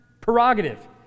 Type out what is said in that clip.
prerogative